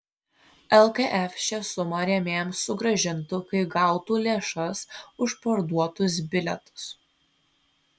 lkf šią sumą rėmėjams sugrąžintų kai gautų lėšas už parduotus bilietus